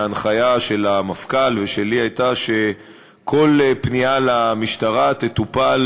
ההנחיה של המפכ"ל ושלי הייתה שכל פנייה למשטרה תטופל